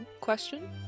question